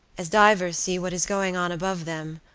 as divers see what is going on above them,